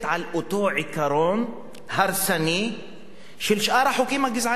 אותו עיקרון הרסני של שאר החוקים הגזעניים,